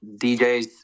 DJs